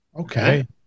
Okay